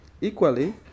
Equally